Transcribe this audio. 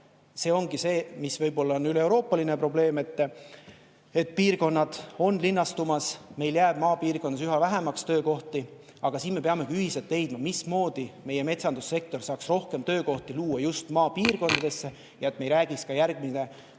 see ongi see, mis võib-olla on üleeuroopaline probleem – piirkonnad on linnastumas, meil jääb maapiirkondades üha vähemaks töökohti. Aga siin me peamegi ühiselt leidma, mismoodi meie metsandussektor saaks rohkem töökohti luua just maapiirkondadesse, et me ei räägiks ka järgmise kümne